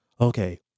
Okay